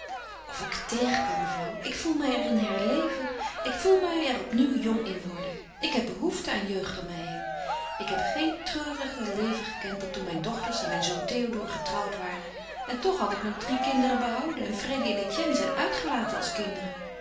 of ik er tegen kan mevrouw ik voel mij er in herleven ik voel mij er opnieuw jong in worden ik heb behoefte aan jeugd om mij heen ik heb geen treuriger leven gekend dan toen mijn dochters en mijn zoon théodore getrouwd waren en toch had ik nog drie kinderen behouden en freddy en etienne zijn uitgelaten als kinderen